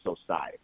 society